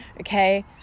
okay